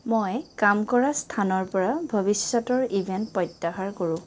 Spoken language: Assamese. মই কাম কৰা স্থানৰ পৰা ভৱিষ্যতৰ ইভেণ্ট প্ৰত্যাহাৰ কৰোঁ